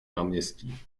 náměstí